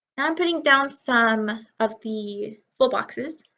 i'm putting down some of the full boxes.